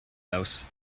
house